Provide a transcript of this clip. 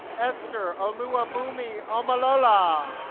esther oluwabunmi omolola